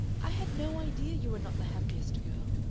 i had no idea you were not the happiest girl.